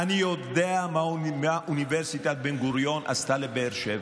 אני יודע מה אוניברסיטת בן-גוריון עשתה לבאר שבע,